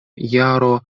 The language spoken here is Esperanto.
jaro